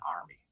Army